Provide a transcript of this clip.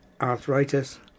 arthritis